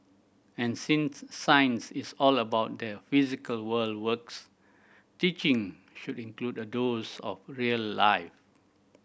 and since science is all about the physical world works teaching should include a dose of real life